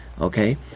Okay